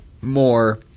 more